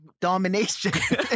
domination